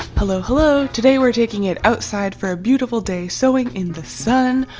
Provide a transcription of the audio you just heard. hello hello! today, we're taking it outside for a beautiful day sewing in the sun!